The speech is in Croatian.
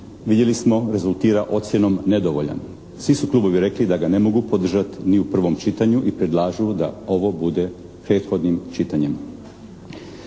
vidjeli smo rezultira ocjenom nedovoljan. Svi su klubovi rekli da ga ne mogu podržati ni u prvom čitanju i predlažu da ovo bude prethodnim čitanjem.